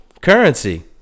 Currency